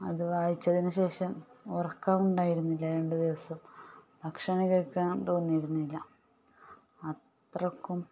അത് വായിച്ചതിന് ശേഷം ഉറക്കം ഉണ്ടായിരുന്നില്ല രണ്ട് ദിവസം ഭക്ഷണം കഴിക്കാൻ തോന്നിയിരുന്നില്ല അത്രക്കും